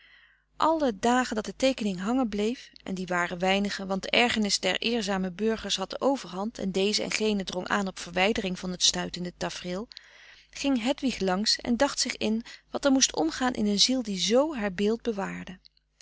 alle dagen dat de teekening hangen bleef en die frederik van eeden van de koele meren des doods waren weinige want de ergernis der eerzame burgers had de overhand en deze en gene drong aan op verwijdering van het stuitende tafreel ging hedwig langs en dacht zich in wat er moest omgaan in een ziel die z haar beeld bewaarde